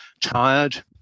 tired